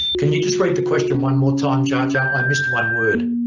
can you just read the question one more time jaja jaja um i missed one word.